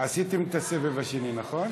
עשיתם את הסבב השני, נכון?